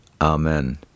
Amen